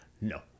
No